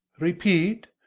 repeat,